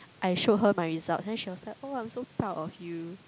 I showed her my result and she was like oh I'm so proud of you